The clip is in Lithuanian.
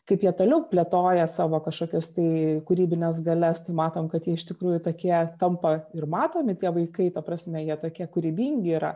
kaip jie toliau plėtoja savo kažkokias tai kūrybines galias tai matom kad jie iš tikrųjų tokie tampa ir matomi tie vaikai ta prasme jie tokie kūrybingi yra